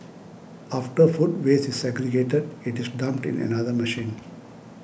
after food waste is segregated it is dumped in another machine